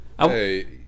Hey